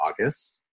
August